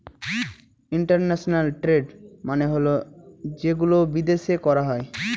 international trade মানে হল যেগুলো বিদেশে করা হয়